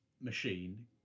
machine